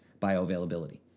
bioavailability